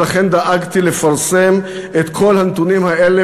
ולכן דאגתי לפרסם את כל הנתונים האלה